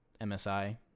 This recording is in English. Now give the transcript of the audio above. MSI